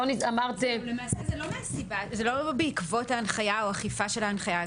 זה לא בעקבות ההנחיה או אכיפה של ההנחיה.